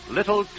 Little